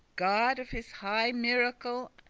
god of his high miracle,